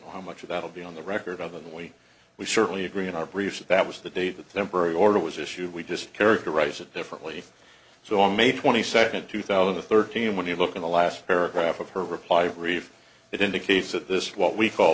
know how much of that will be on the record of the week we certainly agree in our brief that that was the day the temporary order was issued we just characterize it differently so on may twenty second two thousand and thirteen when you look at the last paragraph of her reply brief it indicates that this what we call